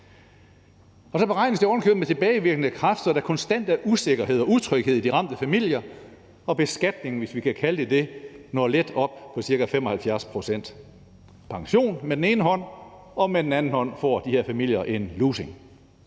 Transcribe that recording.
Så beregnes det ovenikøbet med tilbagevirkende kraft, så der konstant er usikkerhed og utryghed i de ramte familier, og beskatningen, hvis vi kan kalde det det, når let op på ca. 75 pct. Pension med den ene hånd, og med den anden hånd få de her familier en lussing.